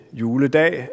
juledag